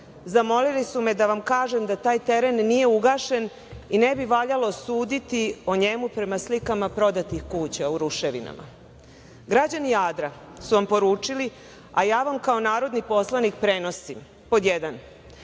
Zamolili su me da vam kažem da taj teren nije ugašen i ne bi valjalo suditi o njemu prema slikama prodatih kuća u ruševinama. Građani Jadra su vam poručili, a ja vam kao narodni poslanik prenosim, pod jedan,